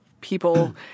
people